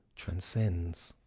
transcends.